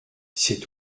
c’est